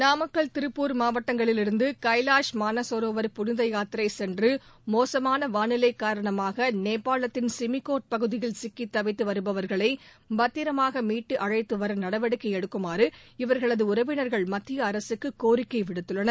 நாமக்கல் திருப்பூர் மாவட்டங்களிலிருந்து கைலாஷ் மானசரோவர் புனித யாத்திரை சென்று மோசமான வானிலை காரணமாக நேபாளத்தின் சிமிகோட் பகுதியில் சிக்கி தவித்து வருபவா்களை பத்திரமாக மீட்டு அழைத்து வர நடவடிக்கை எடுக்குமாறு இவர்களது உறவினர்கள் மத்திய அரசுக்கு கோரிக்கை விடுத்துள்ளனர்